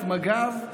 את מג"ב,